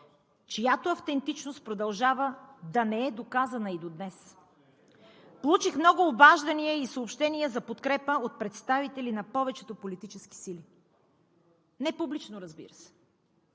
чиято автентичност продължава да не е доказана и до днес. Получих много обаждания и съобщения за подкрепа от представители на повечето политически сили – не публично, разбира се,